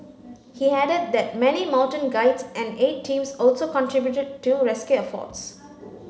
he added that many mountain guides and aid teams also contributed to rescue efforts